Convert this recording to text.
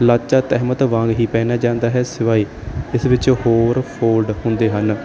ਲਾਚਾ ਤਹਿਮਤ ਵਾਂਗ ਹੀ ਪਹਿਨਿਆ ਜਾਂਦਾ ਹੈ ਸਿਵਾਏ ਇਸ ਵਿੱਚੋਂ ਹੋਰ ਫੋਲਡ ਹੁੰਦੇ ਹਨ